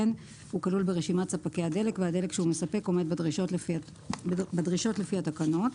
הוא כלול ברשימת ספקי הדלק והדלק שהוא מספק עומד בדרישות לפי התקנות.